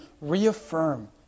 reaffirm